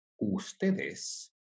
Ustedes